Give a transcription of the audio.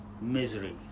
misery